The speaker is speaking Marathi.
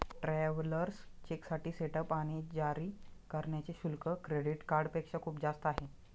ट्रॅव्हलर्स चेकसाठी सेटअप आणि जारी करण्याचे शुल्क क्रेडिट कार्डपेक्षा खूप जास्त आहे